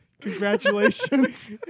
Congratulations